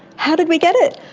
how did we get it?